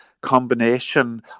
combination